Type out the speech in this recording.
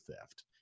theft